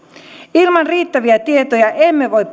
ilman riittäviä tietoja emme voi